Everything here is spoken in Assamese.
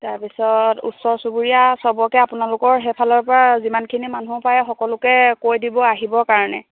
তাৰপিছত ওচৰ চুবুৰীয়া চবকে আপোনালোকৰ সেইফালৰপৰা যিমানখিনি মানুহ পাৰে সকলোকে কৈ দিব আহিবৰ কাৰণে